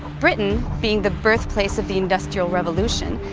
britain, being the birthplace of the industrial revolution,